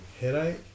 headache